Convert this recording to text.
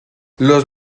los